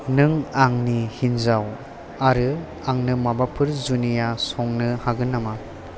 नों आंनि हिन्जाव आरो आंनो माबाफोर जुनिया संनो हागोन नामा